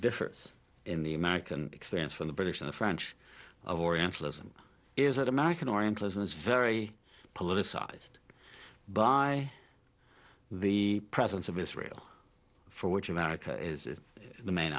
difference in the american experience from the british and the french of orientalism is that american orientalism is very politicized by the presence of israel for which america is the main